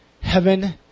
Heaven